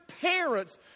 parents